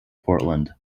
portland